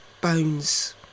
bones